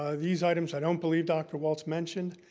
ah these items i don't believe dr. walts mentioned,